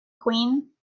queen